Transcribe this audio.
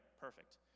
perfect